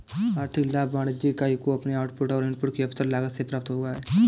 आर्थिक लाभ वाणिज्यिक इकाई को अपने आउटपुट और इनपुट की अवसर लागत से प्राप्त हुआ है